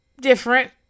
different